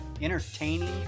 entertaining